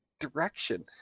direction